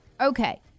Okay